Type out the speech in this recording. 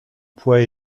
poids